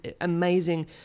amazing